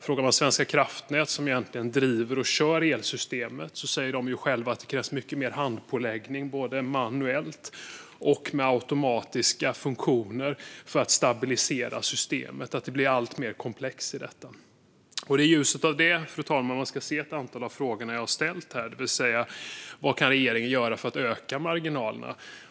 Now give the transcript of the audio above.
Frågar man Svenska kraftnät, som egentligen driver och kör elsystemet, säger de ju själva att det krävs mycket mer handpåläggning både manuellt och med automatiska funktioner för att stabilisera systemet och att allt blir alltmer komplext. Det är i ljuset av detta, fru talman, som man ska se ett antal av de frågor som jag har ställt om vad regeringen kan göra för att öka marginalerna.